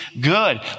good